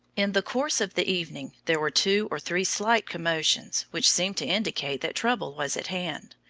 in the course of the evening there were two or three slight commotions, which seemed to indicate that trouble was at hand.